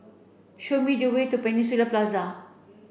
show me the way to Peninsula Plaza